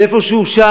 ואיפה שאושר,